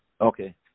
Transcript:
Okay